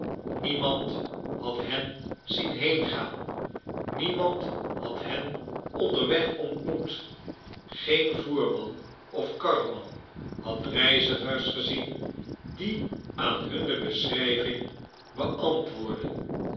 niemand had hen zien heengaan niemand had hen onderweg ontmoet geen voerman of karreman had reizigers gezien die aan hunne beschrijving beantwoordden